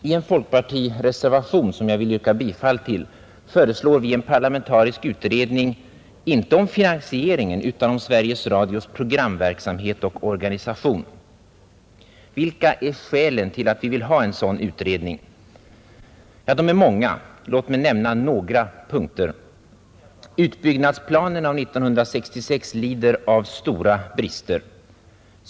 I en folkpartireservation, som jag vill yrka bifall till, föreslår vi en parlamentarisk utredning, inte om finansieringen, utan om Sveriges Radios programverksamhet och organisation. Vilka är skälen till att vi vill ha en sådan utredning? Ja, de är många. Låt mig nämna några punkter. Utbyggnadsplanen av 1966 lider av stora brister.